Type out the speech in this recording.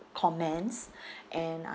comments and